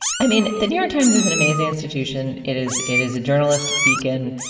i mean the new york times is an amazing institution. it is it is a journalistic beacon.